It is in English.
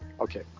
Okay